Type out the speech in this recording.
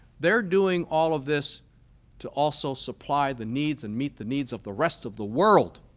they're doing all of this to also supply the needs and meet the needs of the rest of the world.